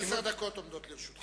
עשר דקות עומדות לרשותך.